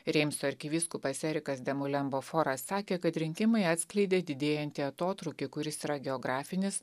reimso arkivyskupas erikas demulemboforas sakė kad rinkimai atskleidė didėjantį atotrūkį kuris yra geografinis